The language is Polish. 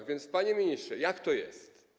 A więc, panie ministrze, jak to jest?